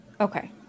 Okay